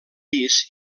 pis